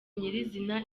nyir’izina